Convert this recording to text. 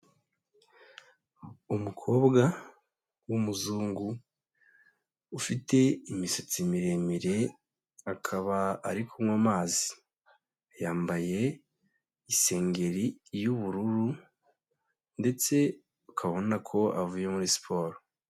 Umukobwa w'umuzungu ufite imisatsi miremire, akaba ari kunywa amazi. Yambaye isengeri y'ubururu ndetse ukaba ubona ko avuye muri siporo.